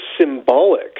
symbolic